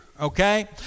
Okay